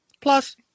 plus